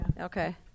okay